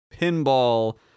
pinball